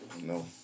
no